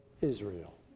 Israel